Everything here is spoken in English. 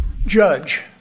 Judge